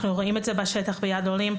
אנחנו רואים את זה בשטח ביד לעולים.